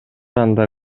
анда